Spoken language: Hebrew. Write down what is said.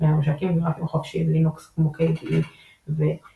ממשקים גרפיים חופשיים ללינוקס כמו KDE ו־GNOME,